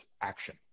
action